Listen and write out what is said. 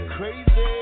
Crazy